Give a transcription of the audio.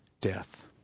death